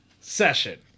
session